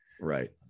Right